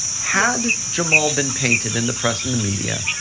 had jamal been painted in the press in the media,